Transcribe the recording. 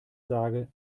sage